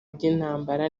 by’intambara